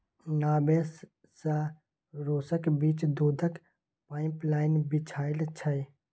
Norway सँ रुसक बीच दुधक पाइपलाइन बिछाएल छै